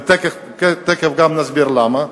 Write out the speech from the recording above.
ותיכף גם נסביר למה.